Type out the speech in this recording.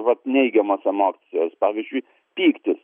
vat neigiamos emocijos pavyzdžiui pyktis